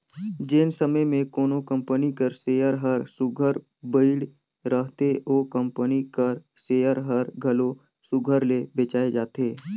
जेन समे में कोनो कंपनी कर सेयर हर सुग्घर बइढ़ रहथे ओ कंपनी कर सेयर हर घलो सुघर ले बेंचाए जाथे